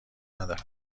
ندارن